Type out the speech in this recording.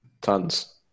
tons